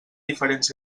diferents